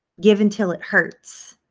give until it hurts,